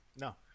No